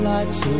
Lights